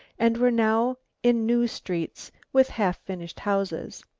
and were now in new streets with half-finished houses.